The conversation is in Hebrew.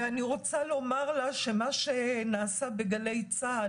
אני רוצה לומר לה שמה שנעשה בגלי ישראל